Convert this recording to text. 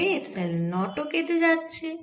তাহলে epsilon naught ও কেটে যাচ্ছে